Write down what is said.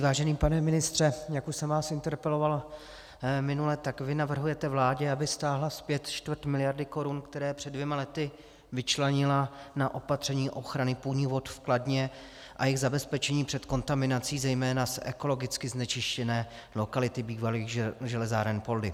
Vážený pane ministře, jak už jsem vás interpeloval minule, tak vy navrhujete vládě, aby stáhla zpět čtvrt miliardy korun, které před dvěma lety vyčlenila na opatření ochrany půdních vod v Kladně a jejich zabezpečení před kontaminací zejména z ekologicky znečištěné lokality bývalých železáren Poldi.